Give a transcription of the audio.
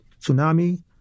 tsunami